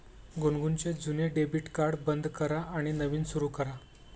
गुनगुनचे जुने debit card बंद करा आणि नवीन सुरू करा